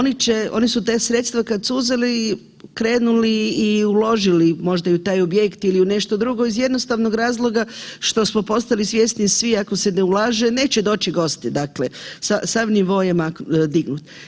Oni će, onu su ta sredstva kad su uzeli, krenuli i uložili možda u taj objekt ili u nešto drugo iz jednostavnog razloga što smo postali svjesni svi ako se ne ulaže, neće doći gosti, dakle sav nivo je dignut.